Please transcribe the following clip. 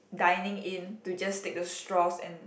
dining in to just take the straws and